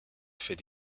fait